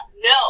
no